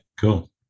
Cool